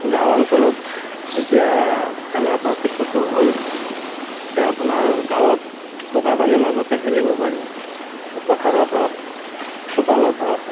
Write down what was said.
গাঁও অঞ্চলত এতিয়া খেলা পাৰ্থক্যটো হ'ল এতিয়া আপোনাৰ গাঁৱত বোকা পানীৰ মাজতে খেলিব পাৰি পথাৰত হওক চোতালত হওক